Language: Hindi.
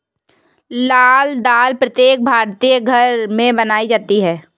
लाल दाल प्रत्येक भारतीय घर में बनाई जाती है